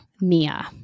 Mia